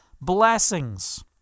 blessings